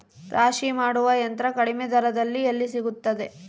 ರಾಶಿ ಮಾಡುವ ಯಂತ್ರ ಕಡಿಮೆ ದರದಲ್ಲಿ ಎಲ್ಲಿ ಸಿಗುತ್ತದೆ?